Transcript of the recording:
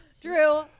Drew